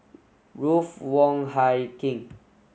Ruth Wong Hie King